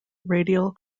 radial